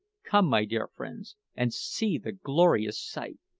come, my dear friends, and see the glorious sight!